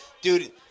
Dude